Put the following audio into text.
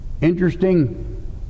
interesting